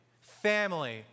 family